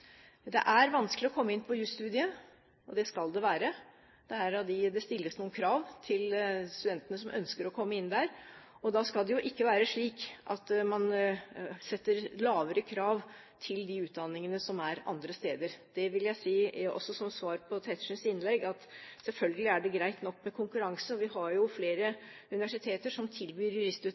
Det er vanskelig å komme inn på jusstudiet, og det skal det være. Det stilles noen krav til studentene som ønsker å komme inn der, og da skal det jo ikke være slik at man setter lavere krav til de utdanningene som er andre steder. Det vil jeg si, også som svar på Tetzschners innlegg, at selvfølgelig er det greit nok med konkurranse, og vi har jo flere universiteter som tilbyr